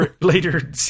later